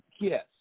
yes